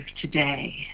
today